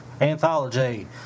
Anthology